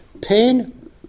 pain